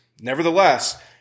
Nevertheless